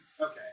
Okay